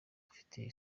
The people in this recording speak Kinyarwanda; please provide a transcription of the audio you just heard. babifitemo